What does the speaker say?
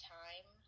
time